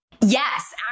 yes